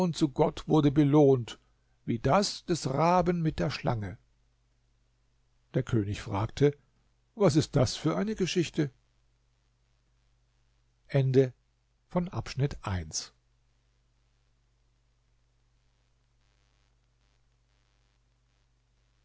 zu gott wurde belohnt wie das des raben mit der schlange der könig fragte was ist das für eine geschichte